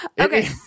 Okay